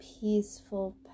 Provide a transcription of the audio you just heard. peaceful